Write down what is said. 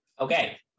Okay